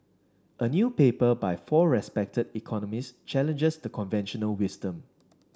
a new paper by four respected economists challenges the conventional wisdom